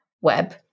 web